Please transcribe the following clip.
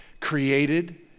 created